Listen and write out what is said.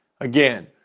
Again